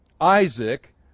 Isaac